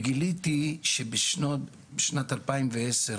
גיליתי שבשנת 2010,